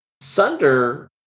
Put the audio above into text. Sunder